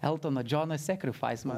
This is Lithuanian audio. eltono džono sekrifais